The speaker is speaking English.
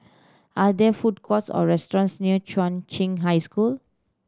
are there food courts or restaurants near Chung Cheng High School